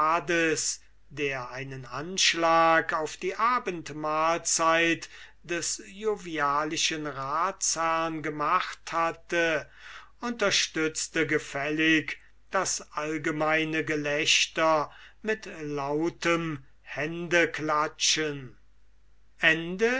der einen anschlag auf die abendmahlzeit des jovialischen ratsherrn gemacht hatte unterstützte gefällig das allgemeine gelächter mit lautem händeklatschen